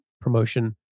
promotion